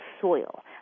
soil